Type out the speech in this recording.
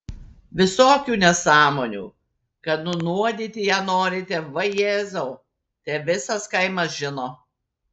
visokių nesąmonių kad nunuodyti ją norite vajezau te visas kaimas žino